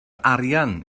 arian